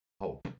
hope